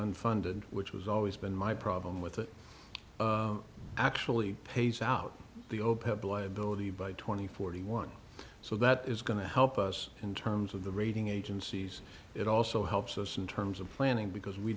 unfunded which was always been my problem with it actually pays out the old have liability by twenty forty one so that is going to help us in terms of the rating agencies it also helps us in terms of planning because we